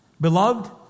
Beloved